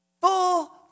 full